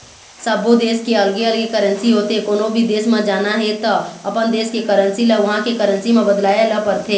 सब्बो देस के अलगे अलगे करेंसी होथे, कोनो भी देस म जाना हे त अपन देस के करेंसी ल उहां के करेंसी म बदलवाए ल परथे